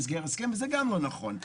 במסגרת ההסכם וזה גם לא נכון.